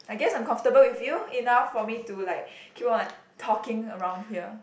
I guess I'm comfortable with you enough for me to like keep on talking around here